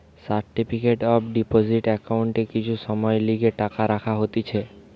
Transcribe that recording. certificate of deposit একাউন্টে কিছু সময়ের লিগে টাকা রাখা হতিছে